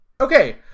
Okay